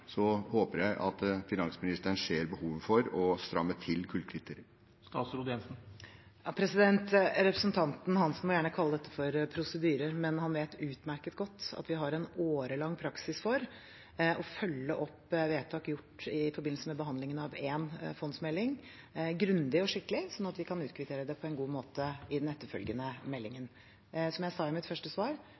håper jeg finansministeren ser behovet for å stramme til i kullkriteriet. Representanten Hansen må gjerne kalle dette for prosedyrer, men han vet utmerket godt at vi har en årelang praksis for å følge opp vedtak gjort i forbindelse med behandlingen av én fondsmelding grundig og skikkelig, slik at vi kan utkvittere det på en god måte i den etterfølgende meldingen. Som jeg sa i mitt første svar,